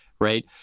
right